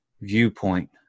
viewpoint